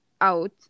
out